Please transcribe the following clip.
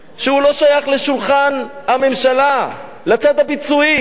שהוא לא שייך לשולחן הממשלה, לצד הביצועי.